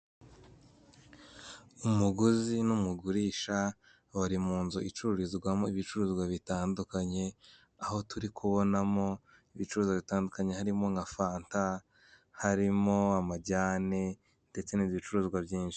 Umuguzi n'umugurisha bari mu nzu icururizwamo ibicuruzwa bitandukanye, aho turi kubonamo ibicuruzwa bitandukanye harimo nka fanta, harimo amajyane ndetse n'ibindi bicuruzwa byinshi.